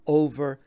over